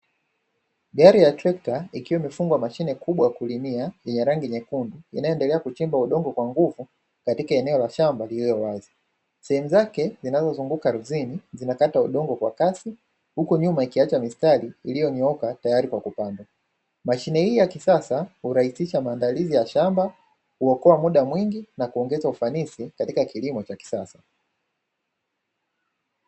Gari ya trekta ikiwa imefungwa mashine kubwa ya kulimia yenye rangi nyekundu inayoendelea kuchimba udongo kwa nguvu katika eneo la shamba lililo wazi, sehemu zake zinazozunguka ardhini vinaka udongo kwa kasi huku nyuma ikiacha mistari iliyonyooka tayari kwa kupanda mashine hii ya kisasa hurahisisha maandalizi ya shamba kuokoa muda mwingi na kuongeza ufanisi katika kilimo cha kisasa.